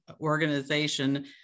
organization